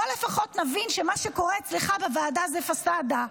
בוא לפחות נבין שמה שקורה אצלך בוועדה זה פסאדה.